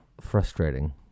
frustrating